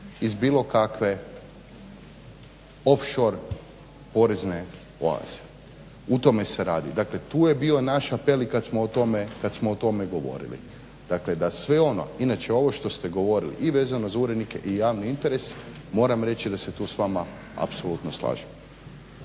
iz bilo kakve off shore porezne oaze. O tome se radi. Dakle, tu je bio naš apel i kad smo o tome govorili. Dakle, da sve ono, inače ovo što ste govorili i vezano za urednike i javni interes moram reći da se tu s vama apsolutno slažem.